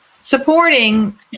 supporting